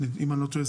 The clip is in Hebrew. אם אני לא טועה,